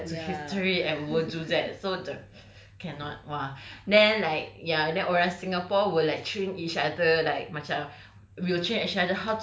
so we will go back to history and we'll do that so the cannot !wah! then like ya orang singapore will like train each other like macam